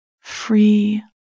free